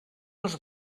als